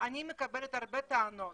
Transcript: אני מקבלת הרבה טענות